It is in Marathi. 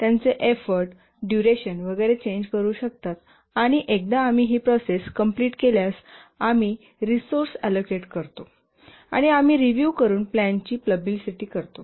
त्यांचे एफोर्ट डुरेशन वगैरे चेंज करू शकतात आणि एकदा आम्ही ही प्रोसेस कंप्लिट केल्यास आम्ही रिसोर्स अलोकेट करतो आणि आम्ही रीव्हिव घेवून प्लॅनची पब्लिसिझ करतो